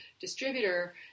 distributor